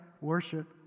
worship